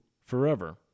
forever